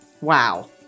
Wow